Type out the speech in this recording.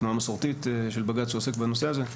תנועה מסורתית של בג"ץ שעוסק בנושא הזה,